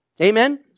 amen